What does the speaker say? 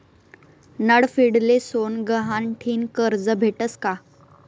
नडभीडले सोनं गहाण ठीन करजं भेटस का?